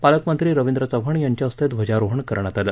पालकमंत्री रवींद्र चव्हाण यांच्या हस्ते ध्वजारोहण करण्यात आलं